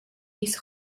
bis